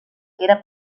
era